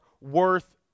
worth